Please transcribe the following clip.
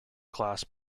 class